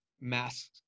masks